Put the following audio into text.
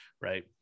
right